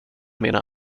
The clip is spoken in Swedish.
mina